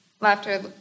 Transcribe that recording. Laughter